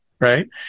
right